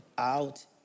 Out